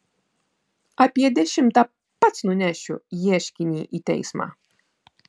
apie dešimtą pats nunešiu ieškinį į teismą